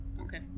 Okay